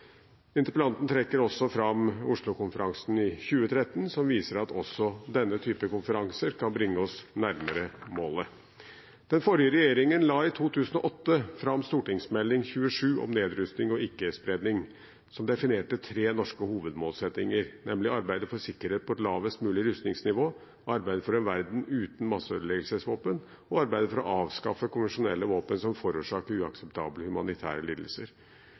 Interpellanten trekker også fram Oslo-konferansen i 2013 som viser at også denne typen konferanser kan bringe oss nærmere målet. Den forrige regjeringen la i 2008 fram St.meld. nr. 27 for 2007–2008 om nedrustning og ikke-spredning, som definerte tre norske hovedmålsettinger, nemlig arbeidet for sikkerhet på et lavest mulig rustningsnivå, arbeidet for en verden uten masseødeleggelsesvåpen og arbeidet for å avskaffe konvensjonelle våpen som forårsaker uakseptable humanitære lidelser.